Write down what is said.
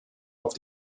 auf